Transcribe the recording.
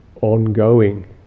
ongoing